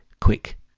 quick